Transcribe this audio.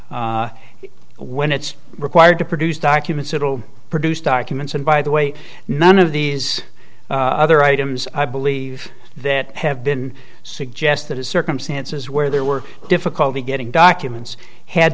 court when it's required to produce documents it will produce documents and by the way none of these other items i believe that have been suggested as circumstances where there were difficulty getting documents had